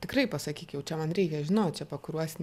tikrai pasakyk jau čia man reikia žinot čia pakuruosi